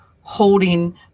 holding